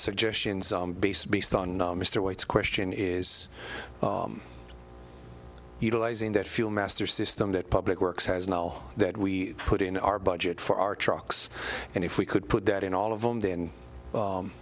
suggestions on base based on mr white's question is utilizing that fuel master system that public works has now that we put in our budget for our trucks and if we could put that in all of them then